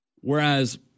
Whereas